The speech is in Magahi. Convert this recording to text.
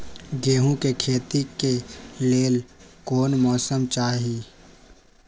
गेंहू के खेती के लेल कोन मौसम चाही अई?